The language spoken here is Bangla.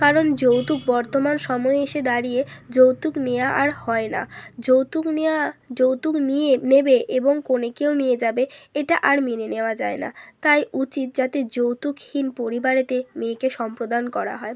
কারণ যৌতুক বর্তমান সময়ে এসে দাঁড়িয়ে যৌতুক নেয়া আর হয় না যৌতুক নেয়া যৌতুক নিয়ে নেবে এবং কনেকেও নিয়ে যাবে এটা আর মেনে নেওয়া যায় না তাই উচিত যাতে যৌতুকহীন পরিবারেতে মেয়েকে সম্প্রদান করা হয়